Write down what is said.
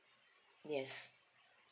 yes